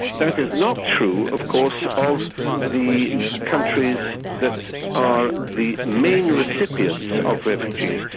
that is not true of course of the countries that are the main recipients of refugees.